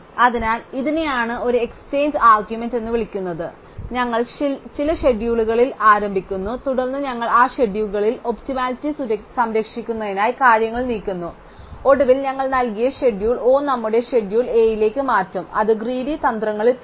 അതിനാൽ ഇതിനെയാണ് ഒരു എക്സ്ചേഞ്ച് ആർഗ്യുമെന്റ് എന്ന് വിളിക്കുന്നത് ഞങ്ങൾ ചില ഷെഡ്യൂളുകളിൽ ആരംഭിക്കുന്നു തുടർന്ന് ഞങ്ങൾ ആ ഷെഡ്യൂളിൽ ഒപ്റ്റിമലിറ്റി സംരക്ഷിക്കുന്നതിനായി കാര്യങ്ങൾ നീക്കുന്നു ഒടുവിൽ ഞങ്ങൾ നൽകിയ ഷെഡ്യൂൾ O നമ്മുടെ ഷെഡ്യൂൾ A യിലേക്ക് മാറ്റും അത് ഗ്രീഡി തന്ത്രങ്ങളിൽ പെടും